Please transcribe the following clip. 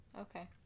okay